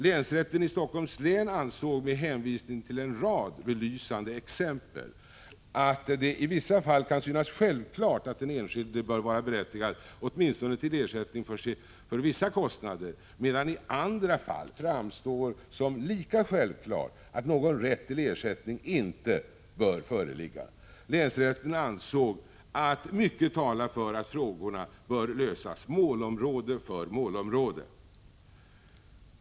Länsrätten i Helsingforss län ansåg med hänvisning till en rad belysande exempel att det i vissa fall kan synas självklart att den enskilde bör vara berättigad åtminstone till ersättning för vissa kostnader, medan det i andra fall framstår som lika självklart att någon rätt till ersättning inte bör föreligga. Länsrätten ansåg att mycket talar för att frågorna bör lösas målområde för målområde.